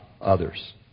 others